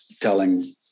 telling